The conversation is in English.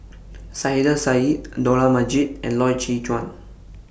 Saiedah Said Dollah Majid and Loy Chye Chuan